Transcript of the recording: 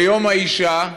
ביום האישה,